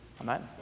Amen